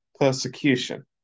persecution